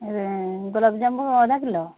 ଆରେ ଗୋଲାପଜାମୁ ଅଧା କିଲୋ